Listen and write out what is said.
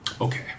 Okay